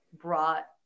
brought